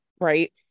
right